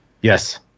Yes